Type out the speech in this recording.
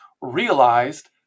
realized